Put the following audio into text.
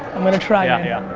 i'm gonna try um yeah